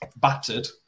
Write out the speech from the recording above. battered